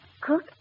Cook